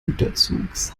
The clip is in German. güterzuges